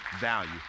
value